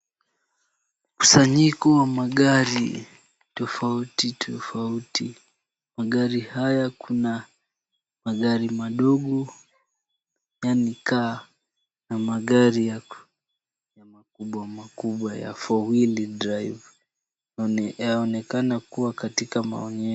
Mkusanyiko wa magari tofauti tofauti. Magari haya kuna magari madogo yaani car na magari makubwa makubwa ya four wheel drive yaonekana kuwa katika maonyesho.